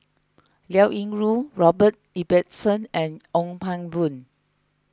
Liao Yingru Robert Ibbetson and Ong Pang Boon